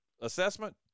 assessment